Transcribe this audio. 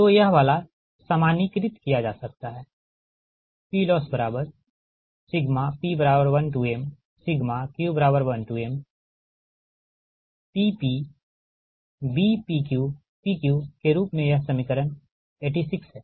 तो यह वाला सामान्यीकृत किया जा सकता है PLossp1mq1mPpBpqPq के रूप में यह समीकरण 86 है